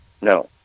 No